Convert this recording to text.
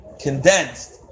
condensed